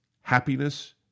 happiness